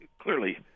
Clearly